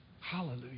Hallelujah